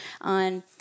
on